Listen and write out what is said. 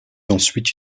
ensuite